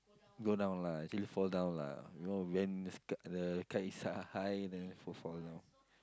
go down lah actually fall down lah you know when the sk~ the kites are high then fall down